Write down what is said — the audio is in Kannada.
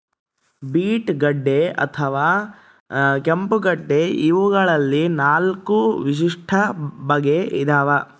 ಬೀಟ್ ಗಡ್ಡೆ ಅಥವಾ ಕೆಂಪುಗಡ್ಡೆ ಇವಗಳಲ್ಲಿ ನಾಲ್ಕು ವಿಶಿಷ್ಟ ಬಗೆ ಇದಾವ